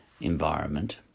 environment